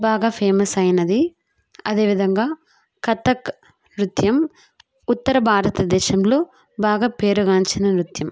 బాగా ఫేమస్ అయినది అదేవిధంగా కథక్ నృత్యం ఉత్తర భారతదేశంలో బాగా పేరుగాంచిన నృత్యం